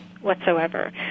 whatsoever